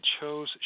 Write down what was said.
chose